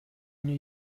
mně